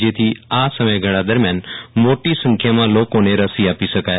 જેથી આ સમયગાળા દરમિયાન મોટી સંખ્યામાં લોકોને રસી આપી શકાય